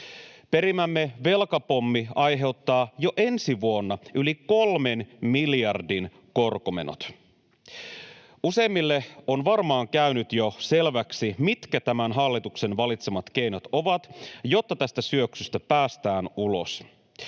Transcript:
Perimämme velkapommi aiheuttaa jo ensi vuonna yli kolmen miljardin korkomenot. Useimmille on varmaan käynyt jo selväksi, mitkä tämän hallituksen valitsemat keinot ovat, jotta tästä syöksystä päästään ulos.